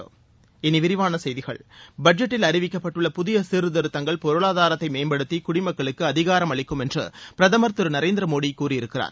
இனி விரிவான செய்திகள் பட்ஜெட்டில் அறிவிக்கப்பட்டுள்ள புதிய சீர்திருத்தங்கள் பொருளாதாரத்தை மேம்படுத்தி குடிமக்களுக்கு அதிகாரமளிக்கும் என்று பிரதமர் திரு நரேந்திர மோடி கூறியிருக்கிறார்